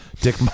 Dick